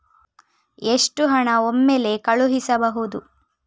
ಎಷ್ಟು ಹಣ ಒಮ್ಮೆಲೇ ಕಳುಹಿಸಬಹುದು?